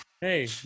Hey